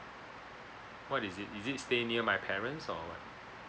what is it is it stay near my parents or what